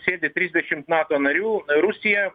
sėdi trisdešimt nato narių rusija